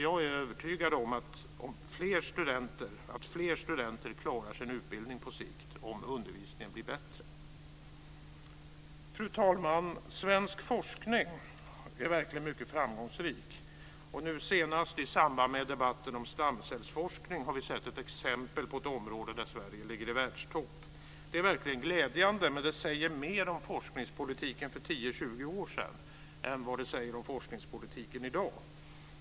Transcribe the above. Jag är övertygad om att fler studenter klarar sin utbildning på sikt om undervisningen blir bättre. Fru talman! Svensk forskning är verkligen mycket framgångsrik. Nu senast i samband med debatten om stamcellsforskning har vi sett ett exempel på ett område där Sverige ligger i världstopp. Det är verkligen glädjande, men det säger mer om forskningspolitiken för 10-20 år sedan än om forskningspolitiken i dag.